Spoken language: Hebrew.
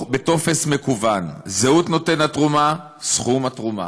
בטופס מקוון, את זהות נותן התרומה וסכום התרומה.